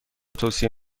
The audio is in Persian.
توصیه